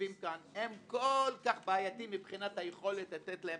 שניצבים פה הם כל כך בעייתיים מבחינת היכולת לתת להם